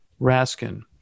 Raskin